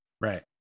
Right